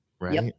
right